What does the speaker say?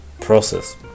process